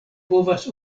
povas